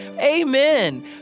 Amen